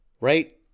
right